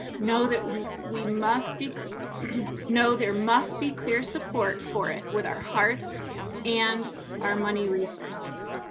know that we must be know there must be clear support for it with our hearts and our money resources.